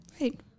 Right